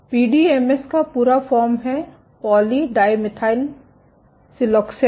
P D M S का पूरा form है पॉली डाइमिथाइल सिलोक्सेन